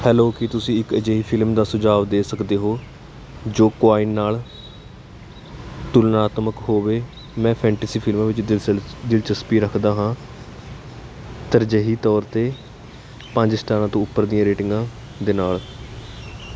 hello ਕੀ ਤੁਸੀਂ ਇੱਕ ਅਜਿਹੀ ਫਿਲਮ ਦਾ ਸੁਝਾਉ ਦੇ ਸਕਦੇ ਹੋ ਜੋ ਕੁਆਈਨ ਨਾਲ ਤੁਲਨਾਤਮਕ ਹੋਵੇ ਮੈਂ ਫੈਂਟੇਸੀ ਫਿਲਮਾਂ ਵਿੱਚ ਦਿਲਸ ਦਿਲਚਸਪੀ ਰੱਖਦਾ ਹਾਂ ਤਰਜੀਹੀ ਤੌਰ 'ਤੇ ਪੰਜ ਸਟਾਰਾਂ ਤੋਂ ਉੱਪਰ ਦੀਆਂ ਰੇਟਿੰਗਾਂ ਦੇ ਨਾਲ